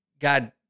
God